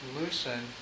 loosen